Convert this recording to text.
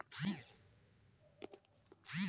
गहूम के सुंडा से बचाई वास्ते की उपाय करबै?